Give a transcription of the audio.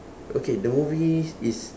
okay the movie is